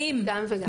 גם וגם.